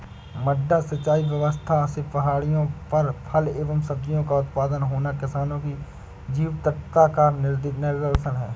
मड्डा सिंचाई व्यवस्था से पहाड़ियों पर फल एवं सब्जियों का उत्पादन होना किसानों की जीवटता का निदर्शन है